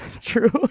true